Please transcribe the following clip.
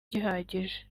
gihagije